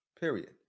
period